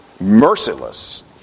Merciless